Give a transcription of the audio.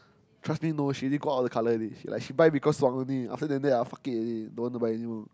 trust me no she didn't go out of the colour already she like she buy because suan only after than that ah fuck it already don't want to buy anymore